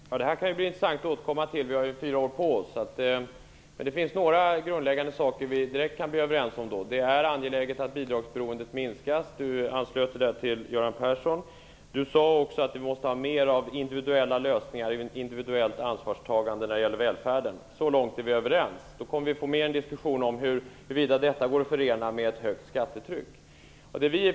Herr talman! Den saken skall det bli intressant att återkomma till - vi har ju fyra år på oss. Det finns dock några grundläggande saker som vi direkt kan bli överens om. Det är angeläget att bidragsberoendet minskas. Thomas Östros anslöt sig där till Göran Persson. Thomas Östros sade också att vi måste ha mer av individuellt ansvarstagande när det gäller välfärden. Så långt är vi överens. Sedan kommer vi in på en diskussion om huruvida detta går att förena med ett högt skattetryck.